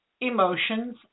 emotions